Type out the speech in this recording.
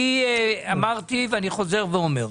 אמרתי ואני חוזר ואומר: